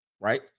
right